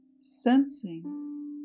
sensing